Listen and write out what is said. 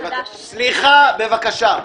סליחה, בבקשה.